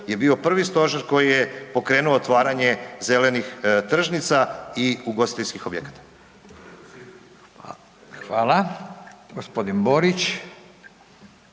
je bio prvi stožer koji je pokrenuo otvaranje zelenih tržnica i ugostiteljskih objekata. **Radin, Furio